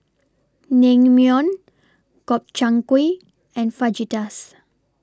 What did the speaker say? Naengmyeon Gobchang Gui and Fajitas